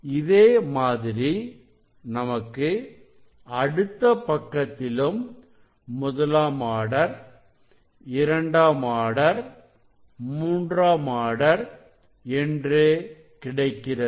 இதே மாதிரி நமக்கு அடுத்த பக்கத்திலும் முதலாம் ஆர்டர் இரண்டாம் ஆர்டர் மூன்றாம் ஆர்டர் என்று கிடைக்கிறது